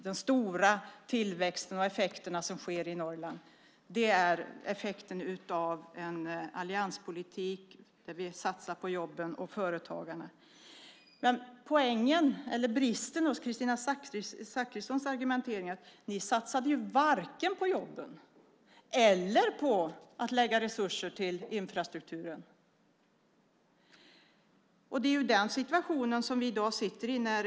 Den stora tillväxten och effekterna i Norrland är resultatet av en allianspolitik där vi satsar på jobben och företagarna. Bristen i Kristina Zakrissons argumentering gäller att ni inte satsade vare sig på jobben eller på att avsätta resurser till infrastrukturen. Det är den situationen vi i dag sitter i.